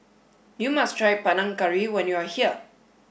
you must try Panang Curry when you are here